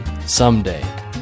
Someday